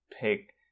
pick